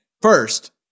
First